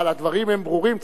אבל הדברים ברורים.